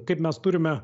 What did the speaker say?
kaip mes turime